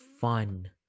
fun